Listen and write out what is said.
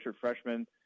freshman –